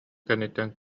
кэнниттэн